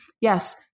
Yes